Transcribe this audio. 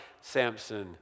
Samson